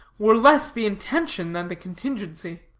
were less the intention than the contingency.